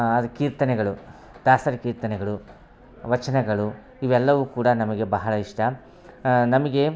ಅದು ಕೀರ್ತನೆಗಳು ದಾಸರ ಕೀರ್ತನೆಗಳು ವಚನಗಳು ಇವೆಲ್ಲವೂ ಕೂಡ ನಮಗೆ ಬಹಳ ಇಷ್ಟ ನಮಗೆ